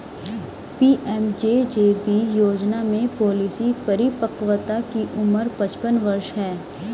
PMJJB योजना में policy परिपक्वता की उम्र पचपन वर्ष है